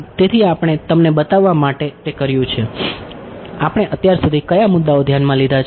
તેથી આપણે તમને બતાવવા માટે તે કર્યું છે આપણે અત્યાર સુધી કયા મુદ્દાઓ ધ્યાનમાં લીધા છે